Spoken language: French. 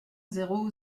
zéro